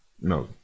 no